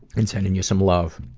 and sending you some love.